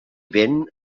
vent